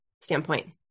standpoint